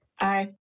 aye